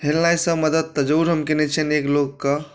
हेलनाइसँ मदद तऽ जरूर हम कयने छियनि एक लोकके